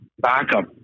backup